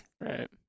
Right